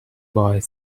boys